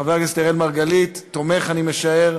חבר הכנסת אראל מרגלית תומך, אני משער,